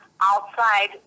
outside